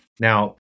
Now